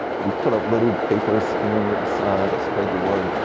we put up little papers, hand written signs of spread the word.